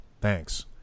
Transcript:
Thanks